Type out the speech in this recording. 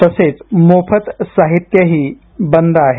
तसेचमोफत साहित्यही बंद आहे